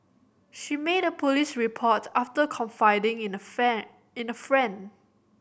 she made a police report after confiding in a fan in a friend